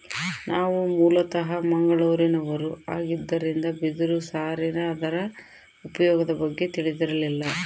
ನಾವು ಮೂಲತಃ ಮಂಗಳೂರಿನವರು ಆಗಿದ್ದರಿಂದ ಬಿದಿರು ಸಾರಿನ ಅದರ ಉಪಯೋಗದ ಬಗ್ಗೆ ತಿಳಿದಿರಲಿಲ್ಲ